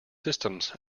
systems